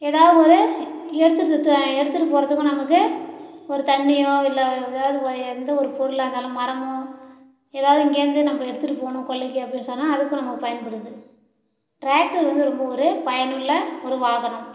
ஏதாவது ஒரு எடுத்துகிட்டு எடுத்துகிட்டு போகறதுக்கும் நமக்கு ஒரு தண்ணியோ இல்லை ஏதாவது வ எந்த ஒரு பொருளாக இருந்தாலும் மரமோ ஏதாவது இங்கேருந்து நம்ப எடுத்துகிட்டு போகணும் கொல்லைக்கு அப்படினு சொன்னால் அதுக்கும் நமக்கு பயன்படுது டிராக்டர் வந்து ரொம்ப ஒரு பயனுள்ள ஒரு வாகனம்